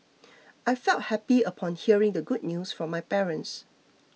I felt happy upon hearing the good news from my parents